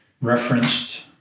referenced